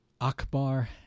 Akbar